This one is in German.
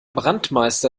brandmeister